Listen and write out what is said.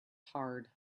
hard